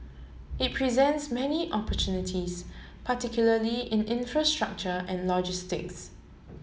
it presents many opportunities particularly in infrastructure and logistics